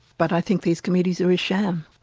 but i think these committees are a sham.